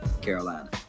Carolina